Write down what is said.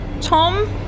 Tom